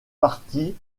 partie